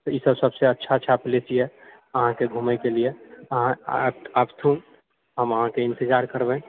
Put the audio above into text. तऽ ई सब सबसँ अच्छा अच्छा प्लेस यऽ अहाँकेँ घुमएकेँ लिए अहाँ आ आबथुन हम अहाँकेँ इंतजार करबए